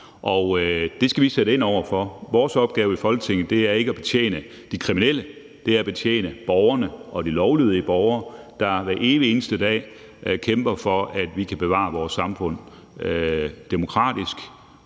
det skal vi sætte ind over for. Vores opgave i Folketinget er ikke at betjene de kriminelle – det er at betjene borgerne; de lovlydige borgere, der hver evig eneste dag kæmper for, at vi kan bevare vores samfund demokratisk,